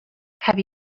have